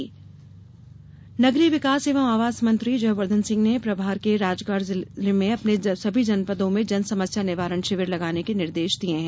शिविर नगरीय विकास एवं आवास मंत्री जयवर्द्वन सिंह ने प्रभार के राजगढ़ जिले में सभी जनपदों में जन समस्या निवारण शिविर लगाने के निर्देश दिये हैं